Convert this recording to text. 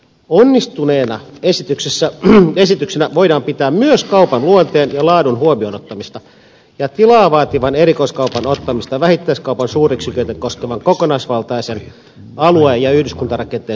onnistuneena esityksenä voidaan pitää myös kaupan luonteen ja laadun huomioon ottamista ja tilaa vaativan erikoiskaupan ottamista vähittäiskaupan suuryksiköitä koskevan kokonaisvaltaisen alue ja yhdyskuntarakenteen suunnitteluvelvoitteen piiriin